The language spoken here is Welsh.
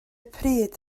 pryd